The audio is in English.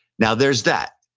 now there's that,